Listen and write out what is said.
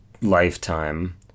lifetime